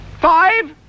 Five